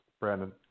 Brandon